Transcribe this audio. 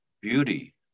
beauty